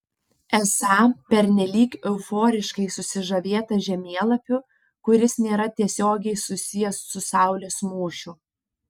esą pernelyg euforiškai susižavėta žemėlapiu kuris nėra tiesiogiai susijęs su saulės mūšiu